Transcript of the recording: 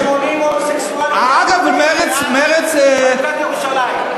ש-80 הומוסקסואלים בעד חלוקת ירושלים.